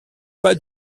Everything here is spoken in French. pas